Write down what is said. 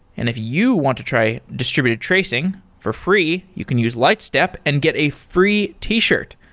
and if you want to try distributed tracing for free, you can use lightstep and get a free t-shirt.